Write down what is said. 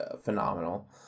phenomenal